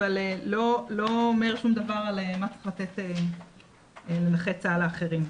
אבל לא אומר שום דבר על מה שצריך לתת לנכי צה"ל האחרים.